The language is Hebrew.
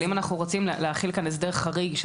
אבל אם אנחנו רוצים להחיל כאן הסדר חריג של